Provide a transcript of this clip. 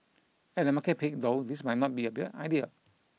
at a market peak though this might not be a bad idea